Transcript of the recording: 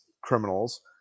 criminals